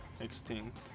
extinct